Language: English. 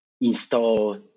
install